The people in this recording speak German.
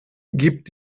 gibt